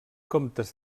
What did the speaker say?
comptes